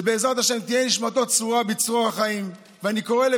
בעזרת השם, תהא נשמתו צרורה בצרור החיים.